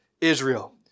Israel